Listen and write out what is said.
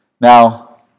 Now